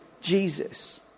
Jesus